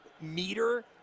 meter